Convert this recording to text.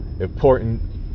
important